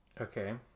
Okay